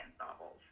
novels